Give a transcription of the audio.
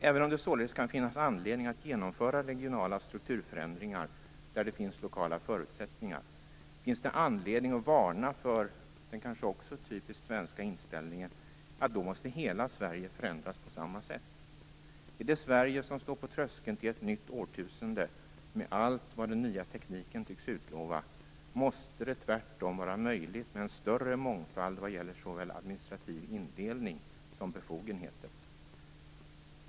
Även om det således kan finnas anledning att genomföra regionala strukturförändringar där det finns lokala förutsättningar, finns det anledning att varna för den kanske också typiskt svenska inställningen, att då måste hela Sverige förändras på samma sätt. I det Sverige som står på tröskeln till ett nytt årtusende, med allt vad den nya tekniken tycks utlova, måste det tvärtom vara möjligt med en större mångfald vad gäller såväl administrativ indelning som befogenheter.